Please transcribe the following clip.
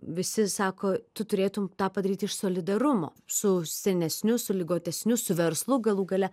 visi sako tu turėtum tą padaryt iš solidarumo su senesniu su ligotesniu su verslu galų gale